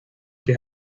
que